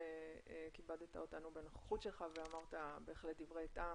שכיבדת אותנו בנוכחות שלך ואמרת בהחלט דברי טעם